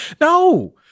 No